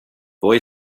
boy